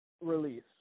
release